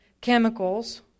Chemicals